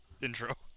intro